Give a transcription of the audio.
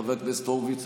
חבר הכנסת הורוביץ,